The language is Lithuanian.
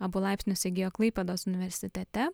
abu laipsnius įgijo klaipėdos universitete